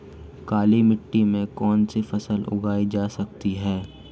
काली मिट्टी में कौनसी फसल उगाई जा सकती है?